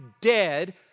dead